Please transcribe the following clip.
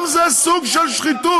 גם זה סוג של שחיתות.